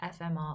fmr